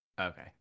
okay